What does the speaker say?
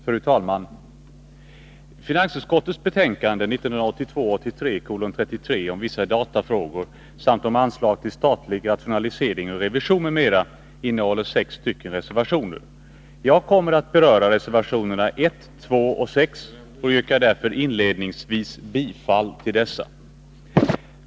Fru talman! Finansutskottets betänkande 1982/83:33 om vissa datafrågor samt om anslag till statlig rationalisering och revision, m.m. innehåller sex reservationer. Jag kommer att beröra reservationerna 1, 2 och 6 och yrkar därför inledningsvis bifall till dessa.